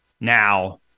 now